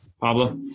Pablo